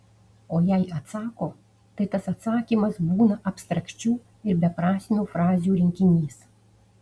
o jei atsako tai tas atsakymas būna abstrakčių ir beprasmių frazių rinkinys